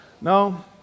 No